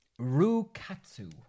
Rukatsu